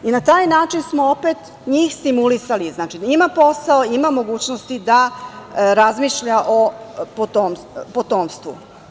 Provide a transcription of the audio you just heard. I na taj način smo opet njih stimulisali, znači, ima posao, ima mogućnosti da razmišlja o potomstvu.